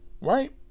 right